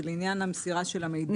זה לעניין המסירה של המידע.